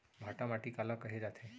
भांटा माटी काला कहे जाथे?